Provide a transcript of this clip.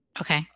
Okay